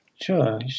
sure